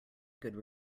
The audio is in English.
good